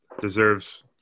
deserves